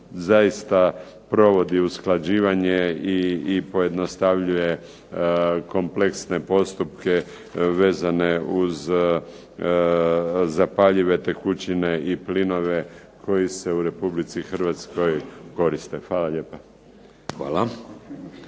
zaista provodi usklađivanje i pojednostavnjuje kompleksne postupke vezane uz zapaljive tekućine i plinove koji se u Republici Hrvatskoj koriste. Hvala lijepa.